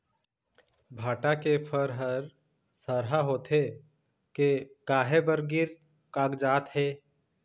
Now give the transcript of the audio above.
भांटा के फर हर सरहा होथे के काहे बर गिर कागजात हे?